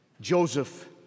Joseph